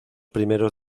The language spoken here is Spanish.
primeros